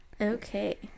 okay